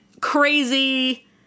crazy